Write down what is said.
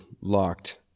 locked